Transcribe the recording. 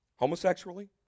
Homosexually